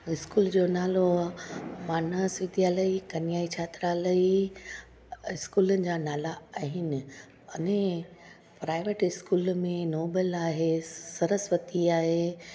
school जो नालो आहे मानस विद्यालय कन्या छात्रालय इस्कूलनि जा नाला आहिनि अने प्राइवेट इस्कूल में नोबल आहे सरस्वती आहे